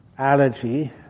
allergy